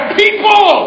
people